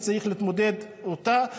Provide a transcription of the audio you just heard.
וצריך להתמודד איתה.